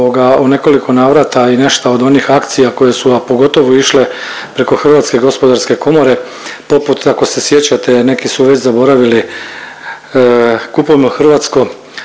u nekoliko navrata i nešto od onih akcija koje su, a pogotovo išle preko HGK-a poput ako se sjećate, neki su već zaboravili, Kupujmo hrvatsko